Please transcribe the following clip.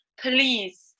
please